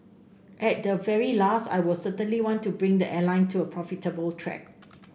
at the very last I will certainly want to bring the airline to a profitable track